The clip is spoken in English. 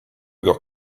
got